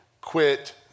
quit